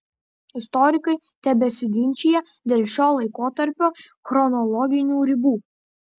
istorikai tebesiginčija dėl šio laikotarpio chronologinių ribų